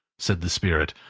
said the spirit,